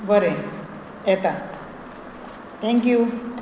बरें येता थँक्यू